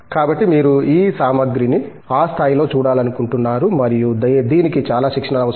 కాబట్టి మీరు ఈ సామగ్రిని ఆ స్థాయిలో చూడాలనుకుంటున్నారు మరియు దీనికి చాలా శిక్షణ అవసరం